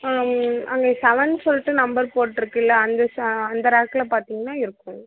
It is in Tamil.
அங்கே செவன் சொல்லிட்டு நம்பர் போட்டிருக்குல்ல அந்த சா அந்த ராக்கில் பார்த்திங்கனா இருக்கும்